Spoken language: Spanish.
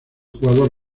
jugador